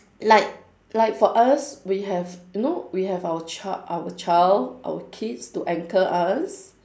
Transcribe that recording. like like for us we have you know we have our ch~ our child our kids to anchor us